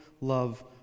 love